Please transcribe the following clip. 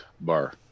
bar